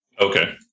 Okay